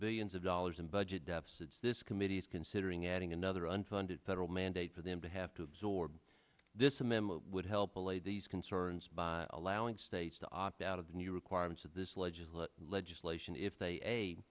billions of dollars in budget deficits this committee's considering adding another unfunded federal mandate for them to have to absorb this a memo would help allay these concerns by allowing states to opt out of the new requirements of this legislation legislation if they